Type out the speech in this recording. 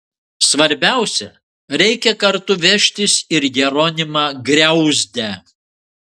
svarbiausia reikia kartu vežtis ir jeronimą griauzdę